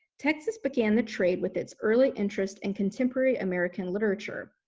texas began the trade with its early interest in contemporary american literature.